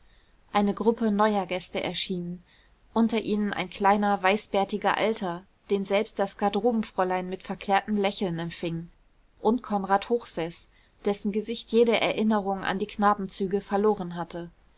eine gruppe neuer gäste erschien unter ihnen ein kleiner weißbärtiger alter den selbst das garderobenfräulein mit verklärtem lächeln empfing und konrad hochseß dessen gesicht jede erinnerung an die knabenzüge verloren hatte